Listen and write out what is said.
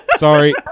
Sorry